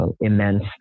immense